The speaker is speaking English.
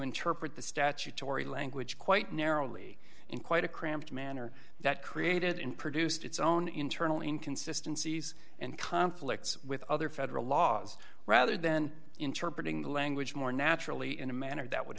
interpret the statutory language quite narrowly in quite a cramped manner that created and produced its own internal inconsistency and conflicts with other federal laws rather then interpretive language more naturally in a manner that would